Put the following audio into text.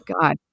God